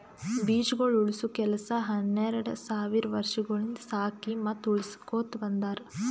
ಬೀಜಗೊಳ್ ಉಳುಸ ಕೆಲಸ ಹನೆರಡ್ ಸಾವಿರ್ ವರ್ಷಗೊಳಿಂದ್ ಸಾಕಿ ಮತ್ತ ಉಳುಸಕೊತ್ ಬಂದಾರ್